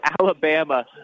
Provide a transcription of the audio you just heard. Alabama